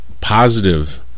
positive